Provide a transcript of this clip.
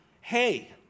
hey